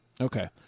Okay